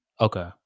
Okay